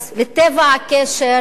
לטבע הקשר,